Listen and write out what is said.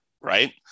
right